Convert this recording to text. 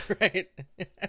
Right